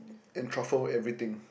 and truffle everything